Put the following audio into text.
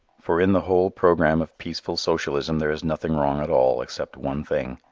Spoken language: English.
for in the whole program of peaceful socialism there is nothing wrong at all except one thing.